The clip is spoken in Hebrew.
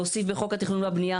להוסיף בחוק התכנון והבנייה